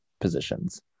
positions